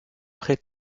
près